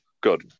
Good